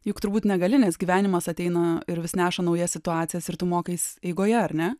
juk turbūt negali nes gyvenimas ateina ir vis neša naujas situacijas ir tu mokais eigoje ar ne